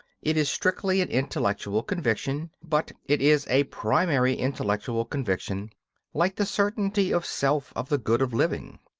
it is strictly an intellectual conviction but it is a primary intellectual conviction like the certainty of self of the good of living.